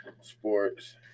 sports